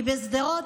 כי בשדרות,